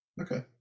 Okay